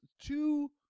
two